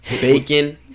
bacon